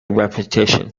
repetition